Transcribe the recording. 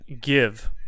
Give